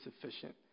sufficient